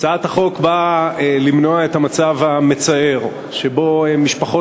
הצעת החוק באה למנוע את המצב המצער שבו משפחות